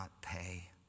pay